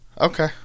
Okay